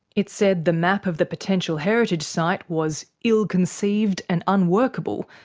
it said the map of the potential heritage site was ill-conceived and unworkable,